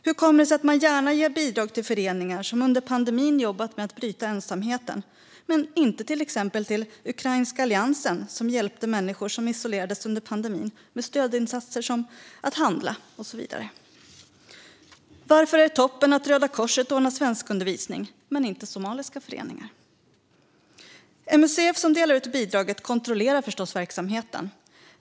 Hur kommer det sig att man gärna ger bidrag till vissa föreningar som under pandemin jobbat för att bryta ensamhet men inte till exempelvis Ukrainska Alliansen som hjälpte människor som isolerades under pandemin med stödinsatser som att handla? Varför är det toppen att Röda Korset ordnar svenskundervisning men inte somaliska föreningar? MUCF, som delar ut bidraget, kontrollerar förstås verksamheten.